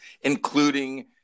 including